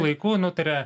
laiku nu tai yra